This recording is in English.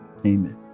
Amen